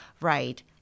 Right